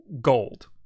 gold